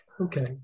okay